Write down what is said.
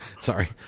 sorry